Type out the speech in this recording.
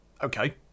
Okay